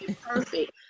perfect